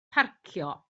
parcio